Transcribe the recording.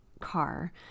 car